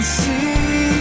see